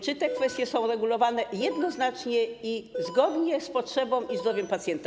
Czy te kwestie są regulowane jednoznacznie i zgodnie z potrzebą i zdrowiem pacjenta?